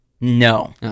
No